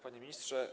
Panie Ministrze!